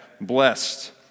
blessed